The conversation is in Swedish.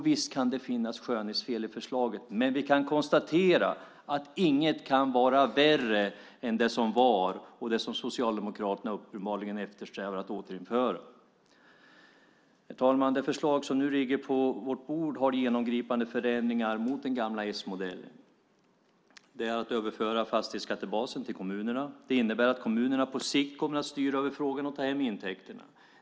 Visst kan det finnas skönhetsfel i förslaget, men vi kan konstatera att inget kan vara värre än det som var, det som Socialdemokraterna uppenbarligen eftersträvar att återinföra. Herr talman! Det förslag som nu ligger på vårt bord har genomgripande förändringar jämfört med den gamla s-modellen. Det handlar bland annat om att överföra fastighetsskattebasen till kommunerna. Det innebär att kommunerna på sikt kommer att styra över frågan och ta hem intäkterna.